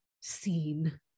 seen